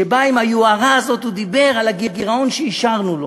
שבו ביוהרה הזאת הוא דיבר על הגירעון שהשארנו לו,